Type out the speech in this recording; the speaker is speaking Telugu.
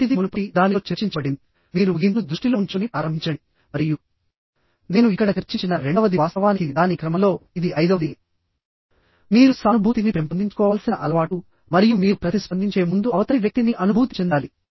మొదటిది మునుపటి దానిలో చర్చించబడింది మీరు ముగింపును దృష్టిలో ఉంచుకుని ప్రారంభించండి మరియు నేను ఇక్కడ చర్చించిన రెండవది వాస్తవానికి దాని క్రమంలో ఇది ఐదవది మీరు సానుభూతిని పెంపొందించుకోవాల్సిన అలవాటు మరియు మీరు ప్రతిస్పందించే ముందు అవతలి వ్యక్తిని అనుభూతి చెందాలి